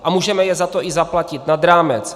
A můžeme je za to i zaplatit nad rámec.